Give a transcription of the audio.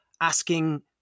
asking